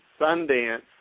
Sundance